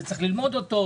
צריך ללמוד אותו.